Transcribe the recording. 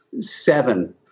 seven